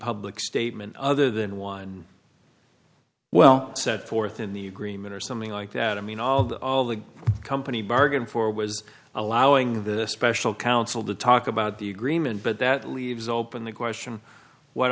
public statement other than one well set forth in the agreement or something like that i mean all that all the company bargained for was allowing the special counsel to talk about the agreement but that leaves open the question what